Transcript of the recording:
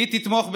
היא תתמוך בשלום?